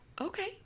okay